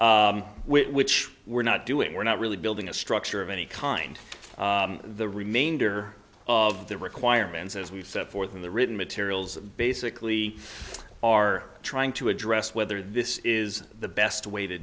which we're not doing we're not really building a structure of any kind the remainder of the requirements as we set forth in the written materials basically are trying to address whether this is the best way to